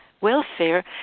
welfare